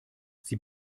sie